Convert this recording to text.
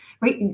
Right